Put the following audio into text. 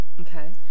Okay